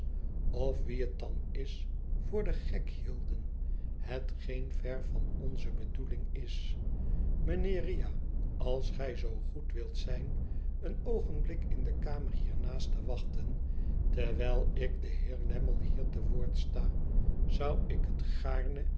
of wie het dan is voor den gek hielden hetgeen ver van onze bedoeling is mijnheer riah als gij zoo goed wilt zijn een oogenblik in de kamer hiernaast te wachten terwijl ik den heer lammie hier te woord sta zou ik het gaarne